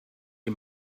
die